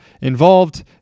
involved